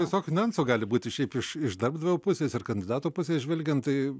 visokių niuansų gali būti šiaip iš darbdavio pusės ar kandidatų pusės žvelgiant tai